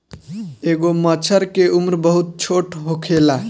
एगो मछर के उम्र बहुत छोट होखेला